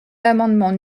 l’amendement